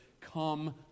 come